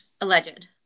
Alleged